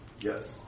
Yes